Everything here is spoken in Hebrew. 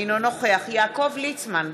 אינו נוכח יעקב ליצמן,